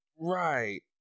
Right